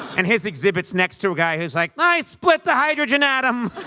and his exhibit's next to a guy who's, like, i split the hydrogen atom.